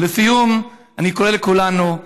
ולסיום, אני קורא לכולנו: